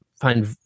find